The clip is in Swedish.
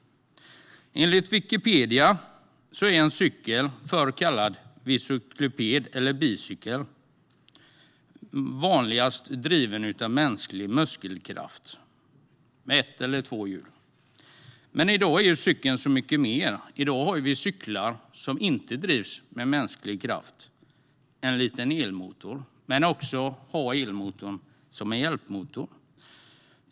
Enligt Wikipedia är en cykel, förr kallad velociped eller bicykel, vanligen driven av mänsklig muskelkraft och har ett eller två hjul. Men i dag är ju cykeln så mycket mer. I dag har vi cyklar som inte drivs med mänsklig kraft utan med en liten elmotor; elmotorn kan också kan vara en hjälpmotor.